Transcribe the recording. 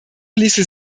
ließe